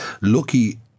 lucky